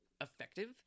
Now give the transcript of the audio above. Effective